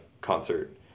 concert